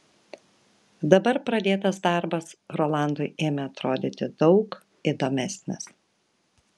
dabar pradėtas darbas rolandui ėmė atrodyti daug įdomesnis